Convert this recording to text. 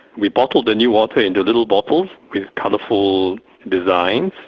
we bottle the newater into little bottles with colourful designs,